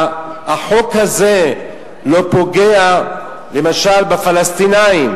החוק הזה לא פוגע למשל בפלסטינים,